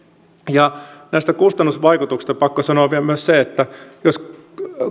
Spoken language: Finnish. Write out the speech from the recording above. näistä kustannusvaikutuksista on pakko sanoa myös se että jos